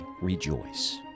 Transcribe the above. rejoice